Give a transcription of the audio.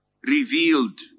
revealed